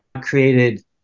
created